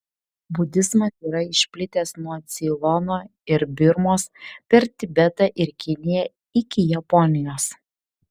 budizmas yra išplitęs nuo ceilono ir birmos per tibetą ir kiniją iki japonijos